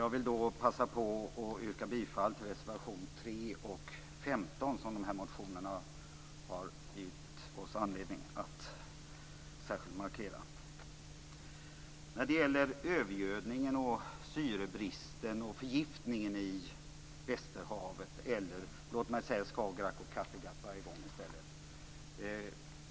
Jag vill passa på att yrka bifall till reservationerna 3 och 15, som dessa motioner har givit oss anledning att särskilt markera. Det gäller övergödningen, syrebristen och förgiftningen i västerhavet. Låt mig säga Skagerrak och Kattegatt varje gång i stället.